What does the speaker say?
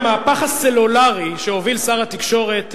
המהפך הסלולרי שהוביל שר התקשורת,